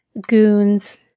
goons